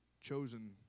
chosen